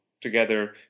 together